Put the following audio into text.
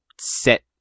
set